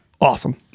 awesome